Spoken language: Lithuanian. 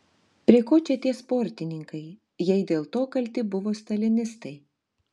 prie ko čia tie sportininkai jei dėl to kalti buvo stalinistai